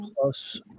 plus